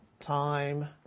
time